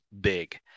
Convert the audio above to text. big